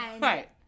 Right